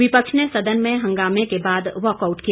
विपक्ष ने सदन में हंगामें के बाद वॉकआउट किया